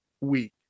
week